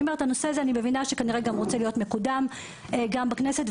אני מבינה שהנושא הזה כנראה רוצה להיות גם מקודם גם בכנסת,